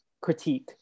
critique